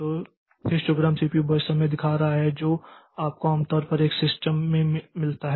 तो यह histogram CPU burst समय दिखा रहा है जो आपको आमतौर पर एक सिस्टम में मिलता है